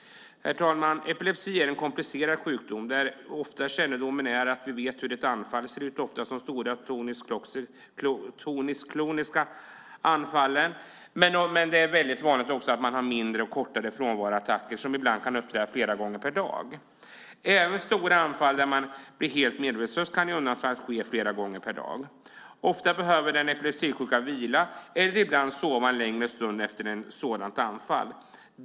Herr talman! Epilepsi är en komplicerad sjukdom. Ofta har vi kännedomen om hur ett anfall ser ut. Det är ofta stora kloniska anfall, men det är också väldigt vanligt med mindre och kortare frånvaroattacker som ibland kan uppträda flera gånger per dag. Även stora anfall där man blir helt medvetslös kan i undantagsfall ske flera gånger per dag. Ofta behöver den epilepsisjuka vila eller ibland sova en längre stund efter ett sådant anfall.